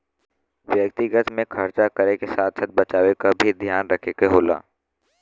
व्यक्तिगत में खरचा करे क साथ साथ बचावे क भी ध्यान रखे क होला